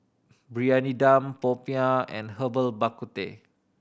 Briyani Dum popiah and Herbal Bak Ku Teh